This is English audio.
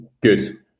Good